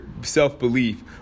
self-belief